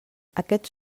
aquests